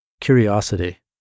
curiosity